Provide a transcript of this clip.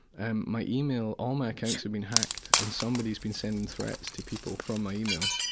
and my email. all my accounts had been hacked, and somebody's been sending threats to people from my email.